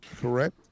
Correct